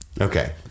Okay